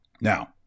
Now